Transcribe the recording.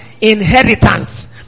inheritance